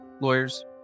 lawyers